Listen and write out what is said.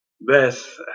Beth